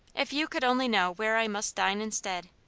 if you could only know where i must dine instead!